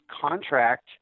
contract